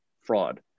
fraud